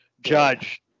Judge